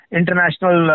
international